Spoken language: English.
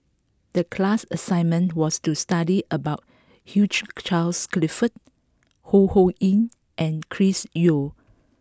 the class assignment was to study about Hugh Charles Clifford Ho Ho Ying and Chris Yeo